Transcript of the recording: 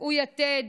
תקעו יתד,